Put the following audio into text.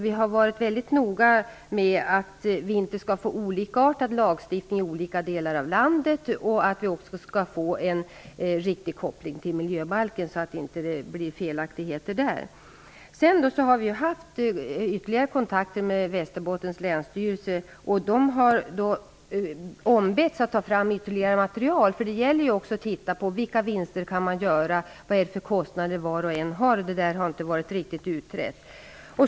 Vi har varit mycket noga med att lagstiftningen inte skall bli olika i olika delar av landet och att vi skall få en riktig koppling till miljöbalken. Det får inte bli felaktigheter där. Vi har haft ytterligare kontakter med Länsstyrelsen i Västerbotten. De har ombetts att ta fram ytterligare material. Det gäller ju att titta på vilka vinster som kan göras och vilka kostnader var och en har. Detta har inte varit riktigt utrett.